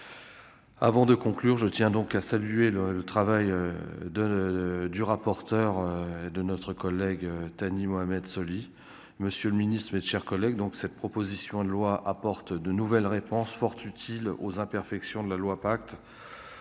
Avant de conclure : je tiens donc à saluer le travail de du rapporteur de notre collègue Thani Mohamed Soly, monsieur le Ministre, mes chers collègues, donc cette proposition de loi apporte de nouvelles réponses fort utile aux imperfections de la loi pacte